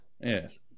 yes